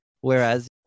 whereas